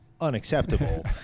unacceptable